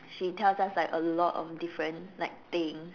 she tells us like a lot of different like things